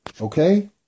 Okay